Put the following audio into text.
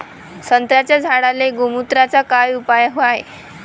संत्र्याच्या झाडांले गोमूत्राचा काय उपयोग हाये?